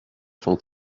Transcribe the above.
sont